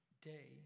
day